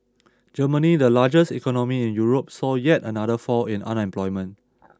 Germany the largest economy in Europe saw yet another fall in unemployment